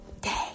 day